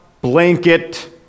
blanket